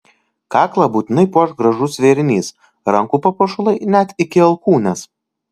kaklą būtinai puoš gražus vėrinys rankų papuošalai net iki alkūnės